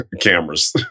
cameras